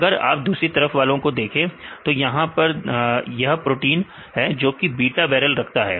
अगर आप दूसरी तरह वाले प्रोटीन को यहां देखें तो यह वह प्रोटीन है जो कि बीटा बैरल रखता है